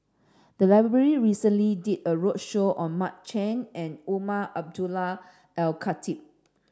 the library recently did a roadshow on Mark Chan and Umar Abdullah Al Khatib